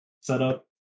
setup